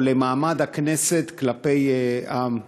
או למעמד הכנסת כלפי העם,